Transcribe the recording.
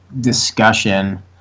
discussion